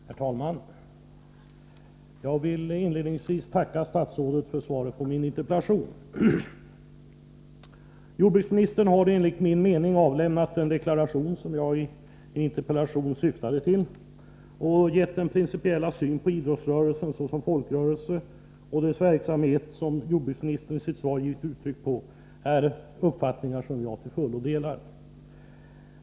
Herr talman! Jag vill inledningsvis tacka statsrådet för svaret på min interpellation. Jordbruksministern har avlämnat den deklaration som min interpellation syftade till, och jag delar också till fullo den principiella syn på idrottsrörelsen som folkrörelse och på dess verksamhet som jordbruksministern i sitt svar givit uttryck för.